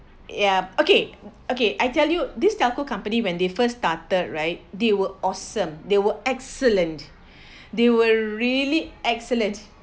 ya okay okay I tell you this telco company when they first started right they were awesome they were excellent they were really excellent